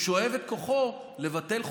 הוא שואב את כוחו לבטל חוקים,